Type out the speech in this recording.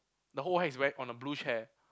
the whole hair is wet on the blue chair